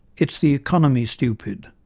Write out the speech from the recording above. it's the economy, stupid!